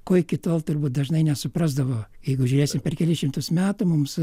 ko iki tol turbūt dažnai nesuprasdavo jeigu žiūrėsim per kelis šimtus metų mums